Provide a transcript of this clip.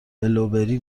بلوبری